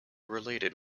related